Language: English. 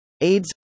Aids